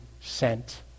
sent